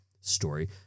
story